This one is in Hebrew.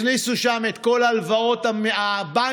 הכניסו שם את כל הלוואות הבנקים,